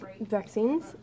vaccines